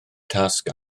tasg